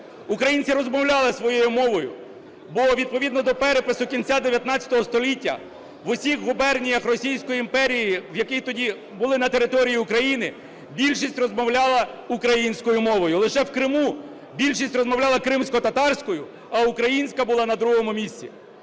Українці розмовляли своєю мовою, бо, відповідно до перепису кінця ХІХ століття в усіх губерніях Російської імперії, які тоді були на території України, більшість розмовляла українською мовою. Лише в Криму більшість розмовляла кримськотатарською, а українська була на другому місці.